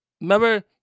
Remember